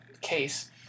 case